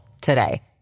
today